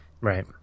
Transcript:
Right